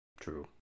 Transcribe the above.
True